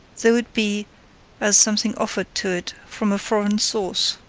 though it be as something offered to it from a foreign source,